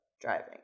driving